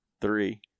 three